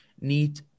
need